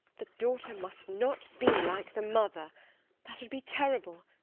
the daughter must not be like the mother that would be terrible.